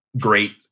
Great